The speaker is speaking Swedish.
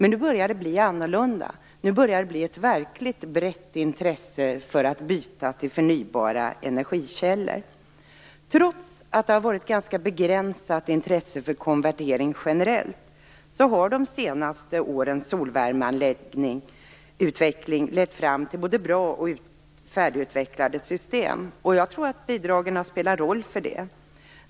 Nu börjar det bli annorlunda, nu börjar det bli ett verkligt brett intresse för att byta till förnybara energikällor. Trots att det varit ganska begränsat intresse för konvertering generellt har de senaste årens solvärmeanläggningsutveckling lett fram till både bra och färdigutvecklade system. Jag tror att bidragen har spelat en roll härvidlag.